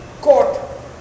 court